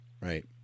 Right